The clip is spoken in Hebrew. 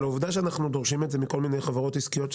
אבל העובדה שאנחנו דורשים את זה מכל מיני חברות עסקיות,